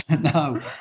no